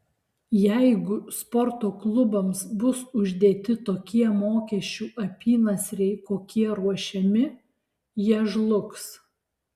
jeigu sporto klubams bus uždėti tokie mokesčių apynasriai kokie ruošiami jie žlugs